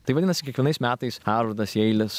tai vadinasi kiekvienais metais harvardas jeilis